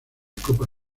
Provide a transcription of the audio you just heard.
copa